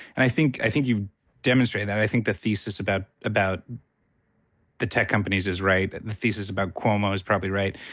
and i think i think you've demonstrated that. and i think the thesis about about the tech companies is right. the thesis about cuomo is probably right.